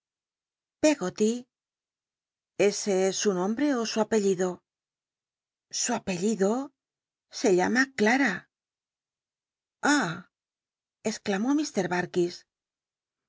ese es su nombre ó su apellido su apelliclo se llama clara i ah exclamó